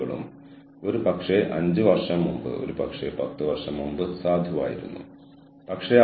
അതിനാൽ വ്യക്തിഗത തലത്തിൽ അത് പ്രകടനം സംതൃപ്തി പ്രചോദനം എന്നിവയിലേക്ക് നയിക്കുകയും സ്വാധീനിക്കുകയും ചെയ്യുന്നു